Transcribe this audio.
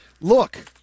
look